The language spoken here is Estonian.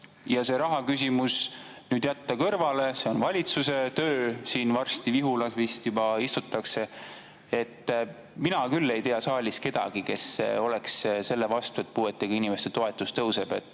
Kui rahaküsimus jätta kõrvale – see on valitsuse töö, varsti Vihulas vist juba istutakse kokku ja mina küll ei tea saalis kedagi, kes oleks selle vastu, et puuetega inimeste toetus tõuseb –,